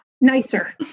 nicer